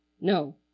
no